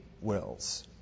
wills